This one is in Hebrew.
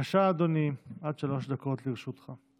בבקשה, אדוני, עד שלוש דקות לרשותך.